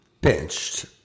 benched